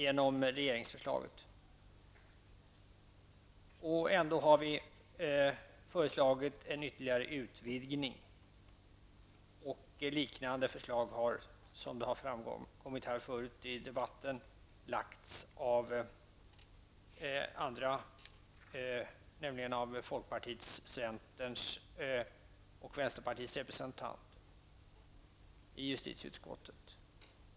Vi har trots det föreslagit en ytterligare utvidgning av denna möjlighet, och liknande förslag har, som har framkommit tidigare i debatten, lagts fram av andra, nämligen av folkpartiets, centerns och vänsterpartiets representanter i justitieutskottet.